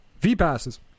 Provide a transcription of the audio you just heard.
V-passes